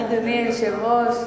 אדוני היושב-ראש,